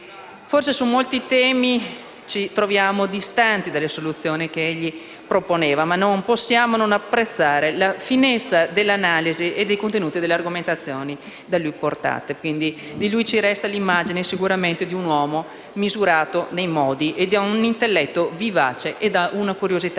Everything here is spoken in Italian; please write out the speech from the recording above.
Forse su molti temi ci troviamo distanti dalle soluzioni che egli proponeva ma non possiamo non apprezzare la finezza delle analisi e dei contenuti delle argomentazioni da lui portate. Di lui, quindi, sicuramente ci resta l'immagine un uomo misurato nei modi, caratterizzato da un intelletto vivace e da una curiosità